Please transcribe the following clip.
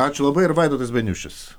ačiū labai ir vaidotas beniušis